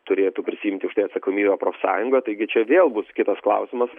turėtų prisiimti atsakomybę profsąjunga taigi čia vėl bus kitas klausimas